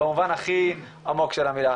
במובן הכי עמוק של המילה.